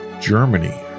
Germany